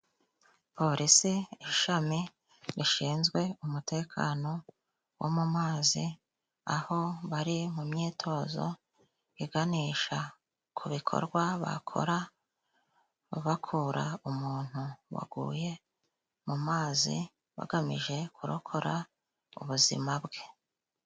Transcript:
Polisi ishami rishinzwe umutekano wo mu mazi, aho bari mu myitozo iganisha ku bikorwa bakora bakura umuntu waguye mu mazi, bagamije kurokora ubuzima bwe.